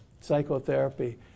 Psychotherapy